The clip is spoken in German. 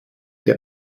der